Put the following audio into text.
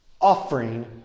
offering